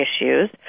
issues